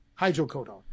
hydrocodone